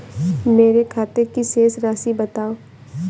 मेरे खाते की शेष राशि बताओ?